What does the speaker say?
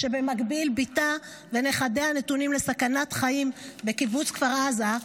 כשבמקביל בתה ונכדיה נתונים לסכנת חיים בקיבוץ כפר עזה,